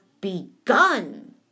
begun